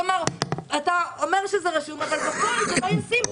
כלומר אתה אומר שזה רשום אבל בפועל זה לא ישים.